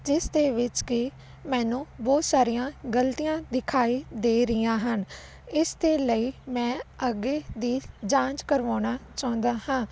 ਜਿਸ ਦੇ ਵਿੱਚ ਕਿ ਮੈਨੂੰ ਬਹੁਤ ਸਾਰੀਆਂ ਗਲਤੀਆਂ ਦਿਖਾਈ ਦੇ ਰਹੀਆਂ ਹਨ ਇਸ ਦੇ ਲਈ ਮੈਂ ਅੱਗੇ ਦੀ ਜਾਂਚ ਕਰਵਾਉਣਾ ਚਾਹੁੰਦਾ ਹਾਂ